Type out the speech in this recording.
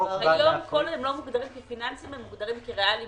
אם אתם מכשירים את החתם כריאלי